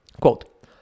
Quote